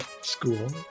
school